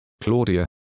Claudia